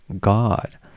God